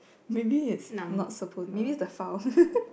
maybe it's not support maybe the file